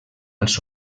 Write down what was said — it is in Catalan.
als